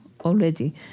already